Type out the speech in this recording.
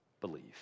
believe